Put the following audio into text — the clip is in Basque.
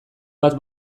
bat